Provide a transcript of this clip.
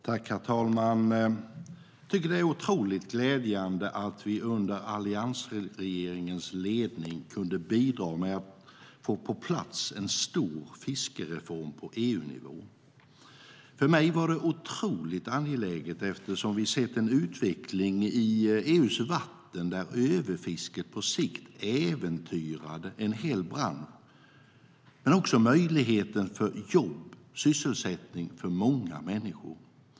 Herr talman! Jag tycker att det är otroligt glädjande att vi under den tidigare alliansregeringens ledning kunde bidra med att få på plats en stor fiskereform på EU-nivå. För mig var det otroligt angeläget eftersom vi sett en utveckling i EU:s vatten där överfisket på sikt äventyrade inte bara en hel bransch utan också möjligheten till jobb och sysselsättning för många människor.